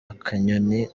akanyoni